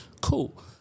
Cool